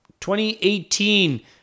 2018